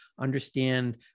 understand